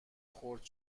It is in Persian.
خرد